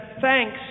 thanks